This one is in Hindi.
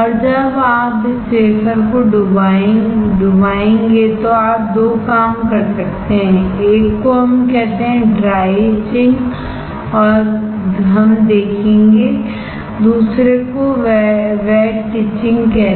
और जब आप इस वेफर को डुबाएंगे तो आप दो काम कर सकते हैं एक को हम कहते हैं कि ड्राइ इचिंग हम देखेंगे दूसरे को वेट इचिंगकहते हैं